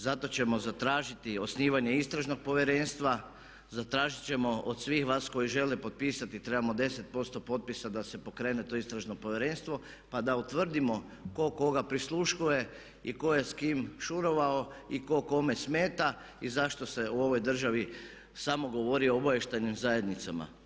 Zato ćemo zatražiti osnivanje Istražnog povjerenstva, zatražit ćemo od svih vas koji žele potpisati trebamo 10% potpisa da se pokrene to istražno povjerenstvo, pa da utvrdimo tko koga prisluškuje i tko je s kim šurovao i tko kome smeta i zašto se u ovoj državi samo govori o obavještajnim zajednicama.